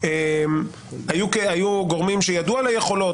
היו גורמים שידעו על היכולות,